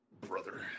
Brother